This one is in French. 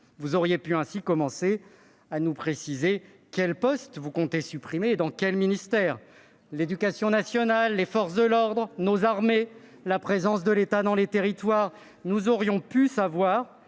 Vous auriez pu ainsi commencer à nous préciser quels postes vous comptez supprimer et dans quels ministères : l'éducation nationale, les forces de l'ordre, nos armées, la présence de l'État dans les territoires ? Nous aurions pu voir